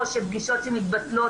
או שפגישות שמתבטלות,